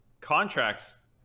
Contracts